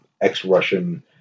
ex-Russian